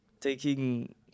taking